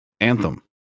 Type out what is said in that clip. Anthem